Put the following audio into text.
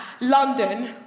London